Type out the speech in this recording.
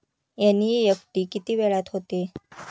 NEFT किती वेळात होते?